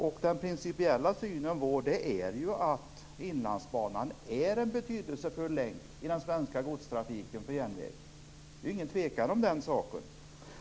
Vår principiella syn är ju att Inlandsbanan är en betydelsefull länk för den svenska godstrafiken på järnväg. Det råder inget tvivel om den saken.